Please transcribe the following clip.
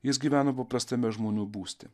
jis gyveno paprastame žmonių būste